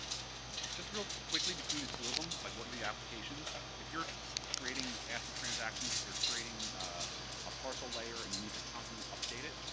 just real quickly, between the two of them, like what are the applications? if you're creating asset transactions, if you're creating a partial layer, and you need to constantly update it,